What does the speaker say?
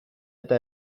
eta